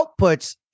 outputs